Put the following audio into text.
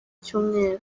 cyumweru